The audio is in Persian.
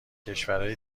کشورای